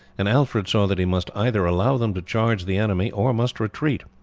and alfred saw that he must either allow them to charge the enemy or must retreat.